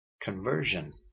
conversion